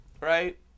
right